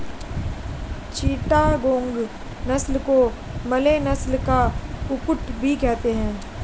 चिटागोंग नस्ल को मलय नस्ल का कुक्कुट भी कहते हैं